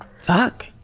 fuck